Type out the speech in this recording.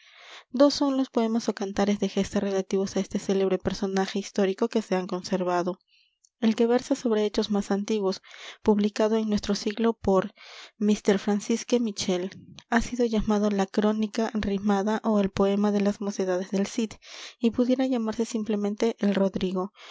dos son los poemas ó cantares de gesta relativos á este célebre personaje histórico que se han conservado el que versa sobre hechos más antiguos publicado en nuestro siglo por mr francisque michel ha sido llamado la crónica rimada ó el poema de las mocedades del cid y pudiera llamarse simplemente el rodrigo